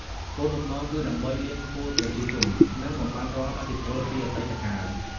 គោលបំណងគឺដើម្បីលាងខួរប្រជាជន និងបំបាត់រាល់ឥទ្ធិពលពីអតីតកាល។